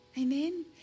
Amen